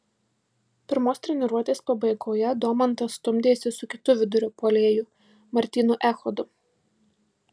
pirmos treniruotės pabaigoje domantas stumdėsi su kitu vidurio puolėju martynu echodu